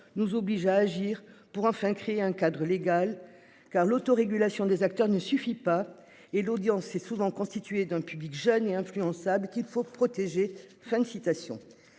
nous oblige à agir pour enfin créer un cadre légal car l'autorégulation des acteurs ne suffit pas et l'audience est souvent constitué d'un public jeune et influençable qu'il faut protéger,